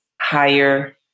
higher